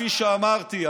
כפי שאמרתי,